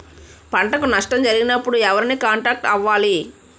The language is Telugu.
పంటకు నష్టం జరిగినప్పుడు ఎవరిని కాంటాక్ట్ అవ్వాలి?